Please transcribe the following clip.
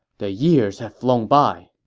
the years have flown by.